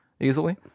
easily